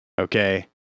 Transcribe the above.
okay